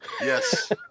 Yes